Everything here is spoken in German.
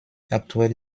aktuelle